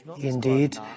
indeed